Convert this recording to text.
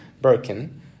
broken